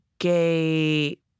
Gay